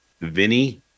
Vinny